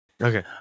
Okay